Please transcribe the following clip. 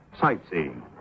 sightseeing